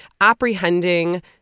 apprehending